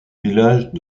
village